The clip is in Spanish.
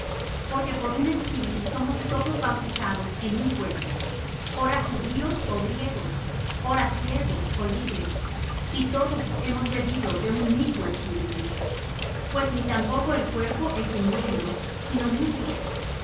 porque por un espíritu somos todos bautizados en un cuerpo ora judíos ó griegos ora siervos ó libres y todos hemos bebido de un mismo espíritu pues ni tampoco el cuerpo es un miembro sino muchos